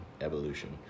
evolution